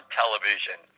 television